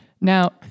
Now